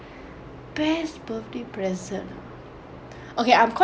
best birthday present ah okay I'm quite